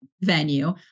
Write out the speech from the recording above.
venue